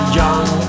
young